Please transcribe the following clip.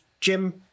Jim